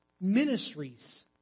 ministries